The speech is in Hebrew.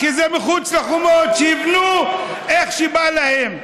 כי זה מחוץ לחומות, שיבנו איך שבא להם.